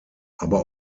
aber